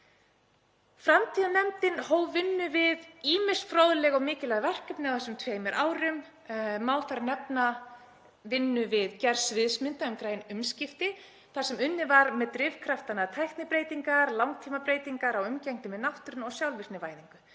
Framtíðarnefndin hóf vinnu við ýmis fróðleg og mikilvæg verkefni á þessum tveimur árum. Má þar nefna vinnu við gerð sviðsmynda um græn umskipti þar sem unnið var með drifkraftana tæknibreytingar, langtímabreytingar á umgengni við náttúruna og sjálfvirknivæðingu